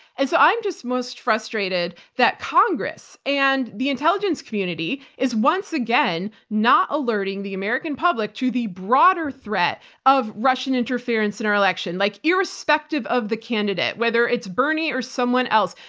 and so i'm just most frustrated that congress and the intelligence community is once again not alerting the american public to the broader threat of russian interference in our election like irrespective of the candidate. whether it's bernie or someone else,